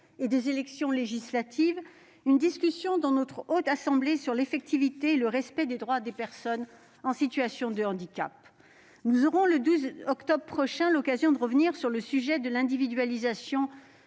et des élections législatives, une discussion dans notre Haute Assemblée sur l'effectivité et le respect des droits des personnes en situation de handicap. Nous aurons, le 12 octobre prochain, l'occasion d'aborder une nouvelle fois la question de l'individualisation